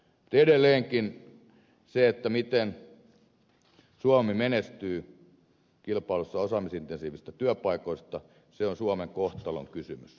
edelleenkin se miten suomi menestyy kilpailussa osaamisintensiivisistä työpaikoista on suomen kohtalonkysymys